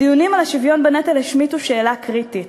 הדיונים על השוויון בנטל השמיטו שאלה קריטית: